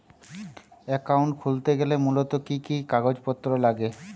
Account খুলতে গেলে মূলত কি কি কাগজপত্র লাগে?